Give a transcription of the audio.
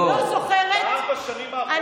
אני לא זוכרת, בארבע השנים, דברים יפים.